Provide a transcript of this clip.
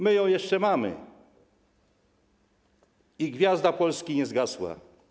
My ją jeszcze mamy i gwiazda Polski nie zgasła.